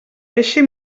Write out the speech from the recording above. eixe